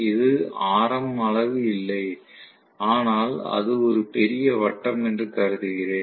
இது ஆரம் அளவு இல்லை ஆனால் அது ஒரு பெரிய வட்டம் என்று கருதுகிறேன்